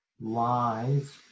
lies